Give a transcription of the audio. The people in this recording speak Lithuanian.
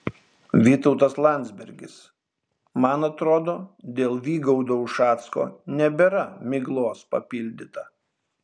vytautas landsbergis man atrodo dėl vygaudo ušacko nebėra miglos papildyta